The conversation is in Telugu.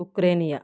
ఉక్రేయిన్